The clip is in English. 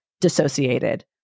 dissociated